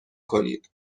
کنید